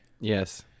yes